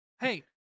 Hey